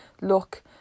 look